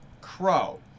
Crow